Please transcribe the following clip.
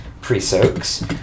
pre-soaks